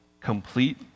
complete